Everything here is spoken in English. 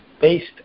based